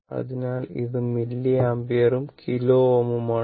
അതിനാൽ അത് മില്ലിയംപിയറും കിലോ Ω ഉം ആണ്